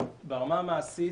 ברמה המעשית,